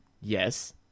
Yes